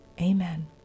Amen